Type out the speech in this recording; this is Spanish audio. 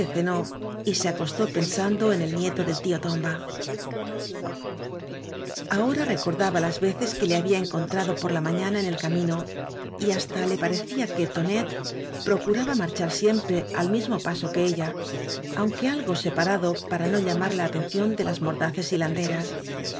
y se acostó pensando en el nieto del tío tomba ahora recordaba las veces que le había encontrado por la mañana en el camino y hasta le parecía que tonet procuraba marchar siem pre al mismo paso que ella aunque algo sepa rado para no llamar la atención de las morda hilanderas